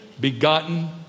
begotten